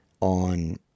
on